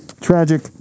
tragic